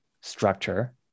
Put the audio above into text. structure